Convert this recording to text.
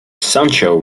sancho